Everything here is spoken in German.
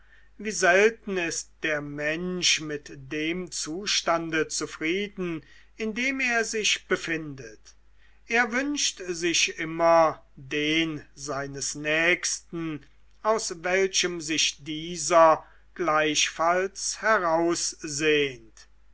wie selten ist der mensch mit dem zustande zufrieden in dem er sich befindet er wünscht sich immer den seines nächsten aus welchem sich dieser gleichfalls heraussehnt